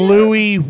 Louis